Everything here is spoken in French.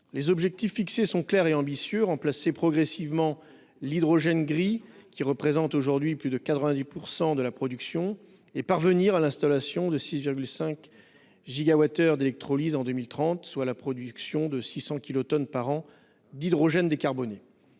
Les objectifs fixés sont clairs et ambitieux : remplacer progressivement l'hydrogène gris, qui représente actuellement plus de 90 % de la production, et parvenir à l'installation de 6,5 gigawatts d'électrolyse en 2030, soit la production de 600 kilotonnes par an d'hydrogène décarboné.